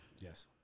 Yes